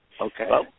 Okay